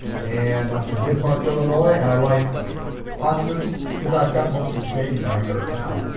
and i am from bismark, illinois. i like hostas because i have gotten mostly shade in my yard now.